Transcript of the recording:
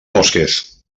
mosques